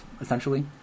essentially